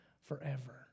forever